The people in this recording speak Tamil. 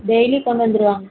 டெய்லி கொண்டு வந்துருவாங்க